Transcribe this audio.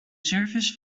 service